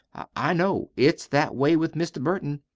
i know. it's that way with mr. burton.